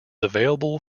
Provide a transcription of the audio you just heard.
available